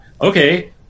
Okay